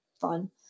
fun